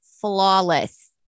flawless